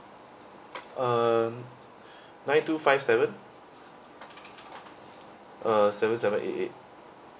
uh nine two five seven uh seven seven eight eight